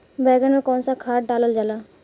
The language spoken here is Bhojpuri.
बैंगन में कवन सा खाद डालल जाला?